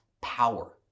power